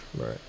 Right